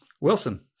Wilson